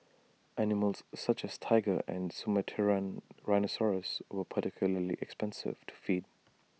animals such as Tiger and Sumatran rhinoceros were particularly expensive to feed